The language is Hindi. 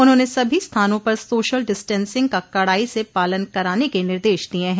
उन्होंने सभी स्थानों पर सोशल डिस्टेंसिंग का कड़ाई से पालन कराने के निर्देश दिए हैं